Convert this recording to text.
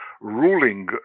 ruling